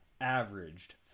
averaged